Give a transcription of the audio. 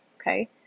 Okay